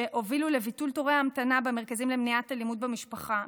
שהובילו לביטול תורי ההמתנה במרכזים למניעת אלימות במשפחה,